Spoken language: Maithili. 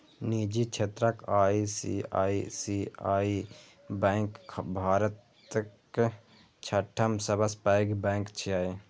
निजी क्षेत्रक आई.सी.आई.सी.आई बैंक भारतक छठम सबसं पैघ बैंक छियै